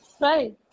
right